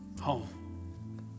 home